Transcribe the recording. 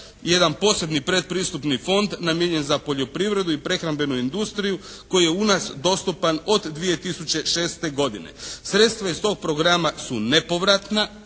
jedan posebni predpristupni fond namijenjen za poljoprivredu i prehrambenu industriju koji je u nas dostupan od 2006. godine. Sredstva iz tog programa su nepovratna.